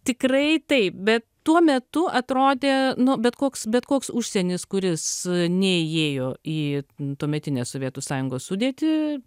tikrai taip bet tuo metu atrodė nu bet koks bet koks užsienis kuris neįėjo į tuometinės sovietų sąjungos sudėtį